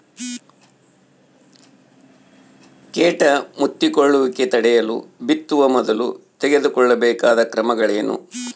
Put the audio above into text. ಕೇಟ ಮುತ್ತಿಕೊಳ್ಳುವಿಕೆ ತಡೆಯಲು ಬಿತ್ತುವ ಮೊದಲು ತೆಗೆದುಕೊಳ್ಳಬೇಕಾದ ಕ್ರಮಗಳೇನು?